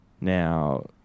Now